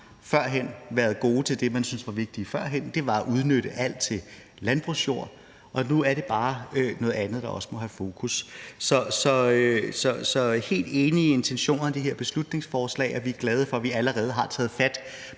førhen været gode til det, man syntes var vigtigt førhen, og det var at udnytte alt til landbrugsjord. Nu er det bare noget andet, der også må have fokus. Så vi er helt enige i intentionerne i det her beslutningsforslag, og vi er glade for, at vi allerede har taget fat